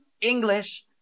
English